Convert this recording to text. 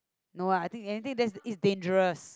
no ah I think anything is dangerous